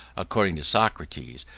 according to socrates,